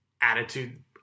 attitude